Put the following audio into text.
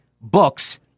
books